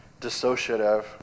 dissociative